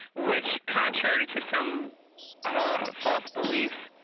which, contrary to some false beliefs,